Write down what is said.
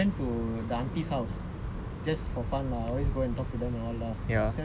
then he ask me to because previous the day night right I went to the auntie's house